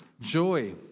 Joy